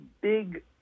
big